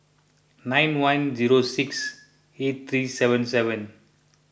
nine one zero six eight three seven seven